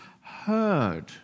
heard